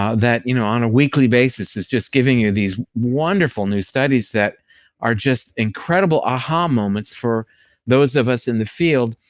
ah that you know on a weekly basis is just giving you these wonderful new studies that are just incredible aha moments for those of us in the field.